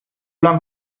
lang